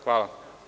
Hvala.